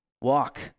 walk